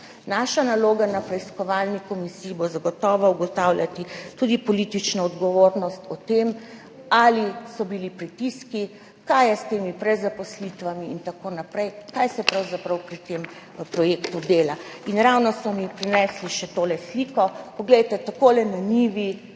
Naša naloga na preiskovalni komisiji bo zagotovo ugotavljati tudi politično odgovornost o tem, ali so bili pritiski, kaj je s temi prezaposlitvami in tako naprej, kaj se pravzaprav dela pri tem projektu. Ravno so mi prinesli še tole sliko, poglejte / pokaže zboru/,